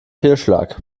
fehlschlag